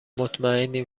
مطمیئنم